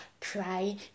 cry